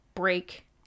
Break